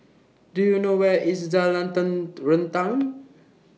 Do YOU know Where IS Jalan Terentang